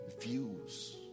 views